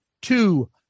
two